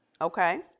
Okay